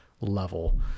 level